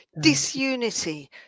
disunity